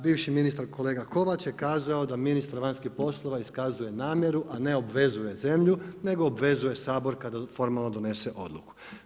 Bivši ministar kolega Kovač je kazao da ministar vanjskih poslova iskazuje namjeru a ne obvezuje zemlju nego obvezuje Sabor kada formalno donese odluku.